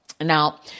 Now